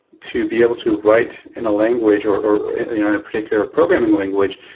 to be able to write in a language or or in particular programming language,